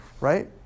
right